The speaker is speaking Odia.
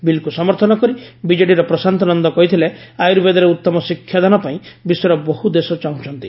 ବିଲ୍କୁ ସମର୍ଥନ କରି ବିଜେଡିର ପ୍ରଶାନ୍ତ ନନ୍ଦ କହିଥିଲେ ଆର୍ୟୁବେଦରେ ଉତ୍ତମ ଶିକ୍ଷାଦାନ ପାଇଁ ବିଶ୍ୱର ବହୁ ଦେଶ ଚାହୁଁଛନ୍ତି